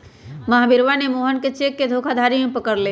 महावीरवा ने मोहन के चेक के धोखाधड़ी में पकड़ लय